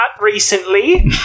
recently